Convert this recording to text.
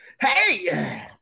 Hey